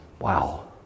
Wow